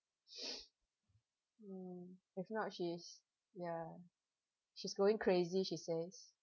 mm if not she's ya she's going crazy she says